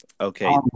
Okay